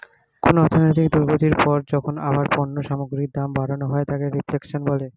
কোনো অর্থনৈতিক দুর্গতির পর যখন আবার পণ্য সামগ্রীর দাম বাড়ানো হয় তাকে রিফ্লেশন বলে